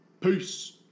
Peace